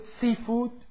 seafood